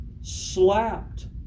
slapped